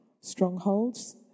strongholds